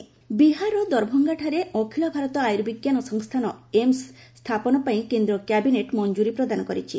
Bihar AIIMS ବିହାରର ଦରଭଙ୍ଗାଠାରେ ଅଖିଳ ଭାରତ ଆୟୁର୍ବିଞ୍ଜାନ ସଂସ୍ଥାନ ଏମସ୍ ସ୍ଥାପନ ପାଇଁ କେନ୍ଦ୍ର କ୍ୟାବିନେଟ୍ ମଞ୍ଜୁରୀ ପ୍ରଦାନ କରିଛି